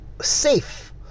safe